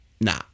nah